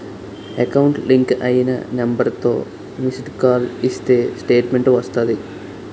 account link అయిన నెంబర్తో missed call ఇస్తే స్టేట్మెంటు వస్తాది